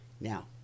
Now